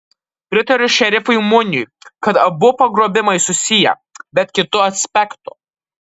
pritariu šerifui muniui kad abu pagrobimai susiję bet kitu aspektu